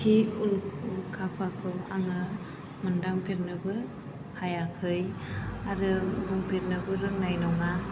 हाथ'रखि उल्खाफाखौ आङो मोन्दांफेरनोबो हायाखै आरो बुंफेरनोबो रोंनाय नङा